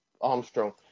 Armstrong